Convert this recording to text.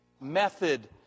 method